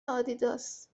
آدیداس